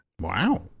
Wow